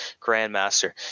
grandmaster